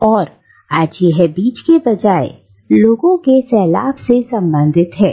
और आज यह बीज के बजाय लोगों के सैलाब से संबंधित है